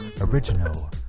original